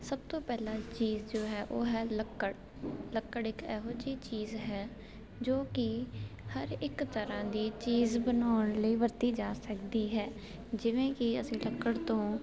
ਸਭ ਤੋਂ ਪਹਿਲਾਂ ਚੀਜ਼ ਜੋ ਹੈ ਉਹ ਹੈ ਲੱਕੜ ਲੱਕੜ ਇੱਕ ਇਹੋ ਜਿਹੀ ਚੀਜ਼ ਹੈ ਜੋ ਕਿ ਹਰ ਇੱਕ ਤਰ੍ਹਾਂ ਦੀ ਚੀਜ਼ ਬਣਾਉਣ ਲਈ ਵਰਤੀ ਜਾ ਸਕਦੀ ਹੈ ਜਿਵੇਂ ਕਿ ਅਸੀਂ ਲੱਕੜ ਤੋਂ